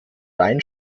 rein